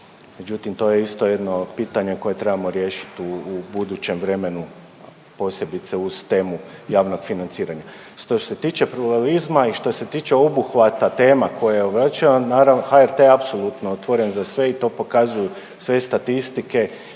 Međutim, to je isto jedno pitanje koje trebamo riješiti u budućem vremenu, posebice uz temu javnog financiranja. Što se tiče pluralizma i što se tiče obuhvata tema koje .../Govornik se ne razumije./... naravno, HRT apsolutno otvoren za sve i to pokazuju sve statistike i